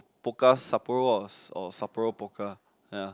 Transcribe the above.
Pokka Sapporo or Sapporo Pokka ya